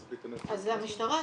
משטרה.